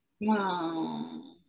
Wow